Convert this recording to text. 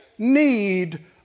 need